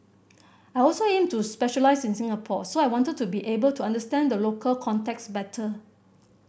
I also aim to specialise in Singapore so I wanted to be able to understand the local context better